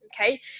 okay